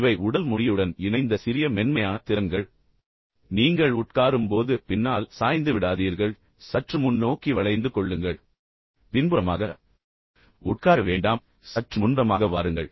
இவை உடல் மொழியுடன் இணைந்த சிறிய மென்மையான திறன்கள் நீங்கள் உட்காரும் போது பின்னால் சாய்ந்து விடாதீர்கள் நிதானமாக இருக்காதீர்கள் ஆனால் சற்று முன்னோக்கி வளைந்து கொள்ளுங்கள் பின்புறமாக உட்கார வேண்டாம் சற்று முன்புறமாக வாருங்கள்